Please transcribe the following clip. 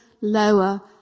lower